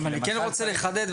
אני כן רוצה לחדד,